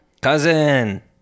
Cousin